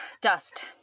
Dust